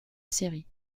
série